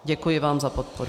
Děkuji vám za podporu.